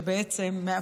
חוק פרסונלי,